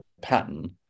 pattern